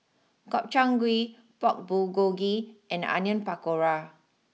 Gobchang Gui Pork Bulgogi and Onion Pakora